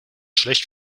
schlecht